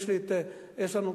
יש לנו,